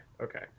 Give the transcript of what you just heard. okay